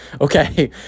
Okay